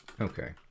Okay